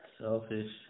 selfish